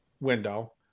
window